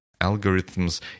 algorithms